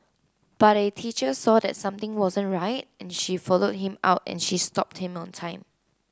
but a teacher saw that something wasn't right and she followed him out and she stopped him on time